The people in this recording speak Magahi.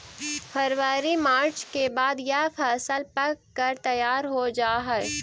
फरवरी मार्च के बाद यह फसल पक कर तैयार हो जा हई